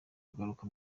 kugaruka